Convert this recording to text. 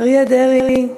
אריה דרעי?